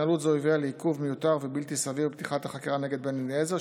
התנהלות זו הביאה לעיכוב מיותר ובלתי סביר בפתיחת החקירה נגד בן אליעזר,